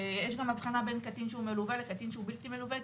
יש גם אבחנה בין קטין שהוא מלווה לבין קטין שהוא בלתי מלווה,